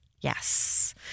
Yes